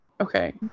Okay